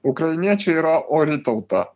ukrainiečiai yra ori tauta